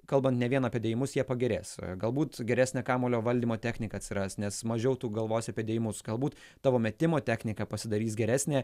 kalbant ne vien apie dėjimus jie pagerės galbūt geresnė kamuolio valdymo technika atsiras nes mažiau tu galvosi apie dėjimus galbūt tavo metimo technika pasidarys geresnė